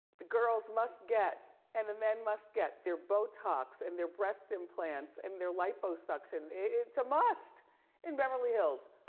the girls must get and the men must get their botox and their breast implants and their liposuction. it's a must in beverly hills.